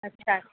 अच्छा